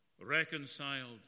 reconciled